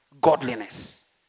godliness